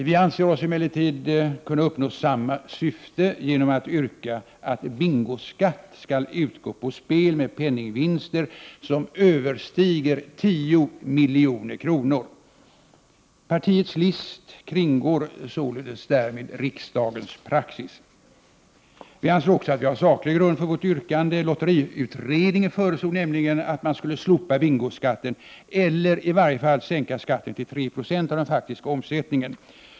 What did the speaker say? Vi anser oss emellertid kunna uppnå samma syfte genom att yrka att bingoskatt skall utgå på spel med penningvinster som överstiger 10 milj.kr. Partiets list kringgår därmed riksdagens praxis. Vi anser också att vi har saklig grund för vårt yrkande. Lotteriutredningen föreslog nämligen att man skulle slopa bingoskatten, eller i varje fall sänka skatten till 3 26 av den faktiska omsättningen.